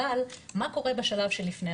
אבל מה קורה בשלב שלפני?